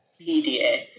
pda